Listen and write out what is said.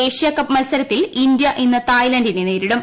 Asia cup മത്സരത്തിൽ India ഇന്ന് തായ്ലാൻഡിനെ നേരിടും